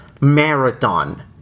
marathon